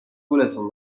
گولتون